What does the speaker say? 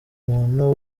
muntu